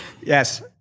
Yes